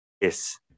Yes